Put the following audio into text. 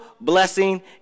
blessing